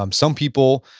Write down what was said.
um some people,